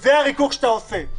זה הריכוך שאתה עושה.